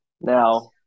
Now